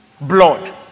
blood